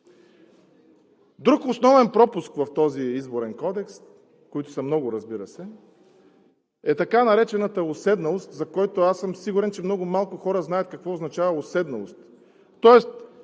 Друг основен пропуск в този изборен кодекс – които са много, разбира се, е така наречената уседналост. Аз съм сигурен, че много малко хора знаят какво означава уседналост, тоест